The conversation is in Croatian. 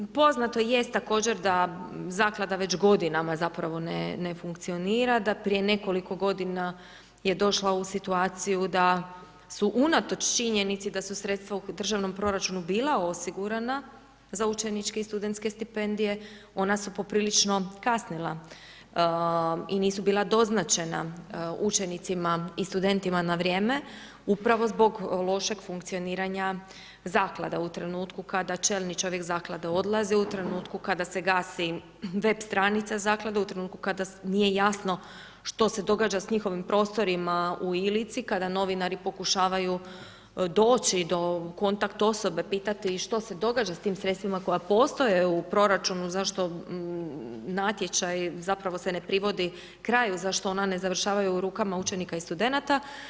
Poznato je također, da zaklada već godinama ne funkcionira, da prije nekoliko godina je došla u situaciju da su unatoč činjenici da su sredstva u državnom proračunu bila osigurana za učeničke i studentske stipendije, ona su poprilično kasnila i nisu bila doznačena učenicima i studentima na vrijeme, upravo zbog lošeg funkcioniranja zaklade u trenutku kada čelni čovjek zaklade odlaze u trenutku kada se gasi web stranica zaklade, u trenutku kada nije jasno što se događa s njihovim prostorima u Ilici, kada novinari pokušavaju doći do kontakt osobe, pitati što se događa s tim sredstvima koja postoje u proračunu, zašto natječaj zapravo se ne privodi kraju, zašto ona ne završavaju u rukama učenika i studenata.